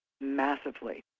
massively